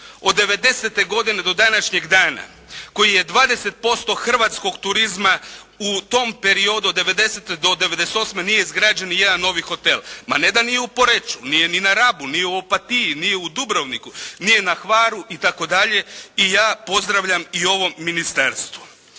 od 1990. godine do današnjeg dana koji je 20% hrvatskog turizma u tom periodu od 1990. do 1998. nije izgrađen nijedan novi hotel. Ma ne da nije u Poreču, nije ni na Rabu, nije u Opatiji, nije u Dubrovniku, nije na Hvaru i tako dalje i ja pozdravljam i u ovom Ministarstvu.